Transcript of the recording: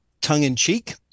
tongue-in-cheek